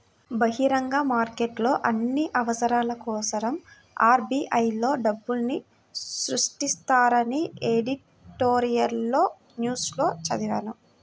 బహిరంగ మార్కెట్లో అన్ని అవసరాల కోసరం ఆర్.బి.ఐ లో డబ్బుల్ని సృష్టిస్తారని ఎడిటోరియల్ న్యూస్ లో చదివాను